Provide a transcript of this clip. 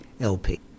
LP